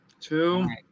Two